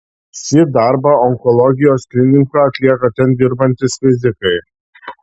šį darbą onkologijos klinikoje atlieka ten dirbantys fizikai